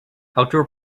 outdoor